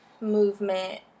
movement